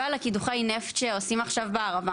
ועל קידוחי הנפט שעושים עכשיו בערבה.